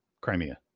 Crimea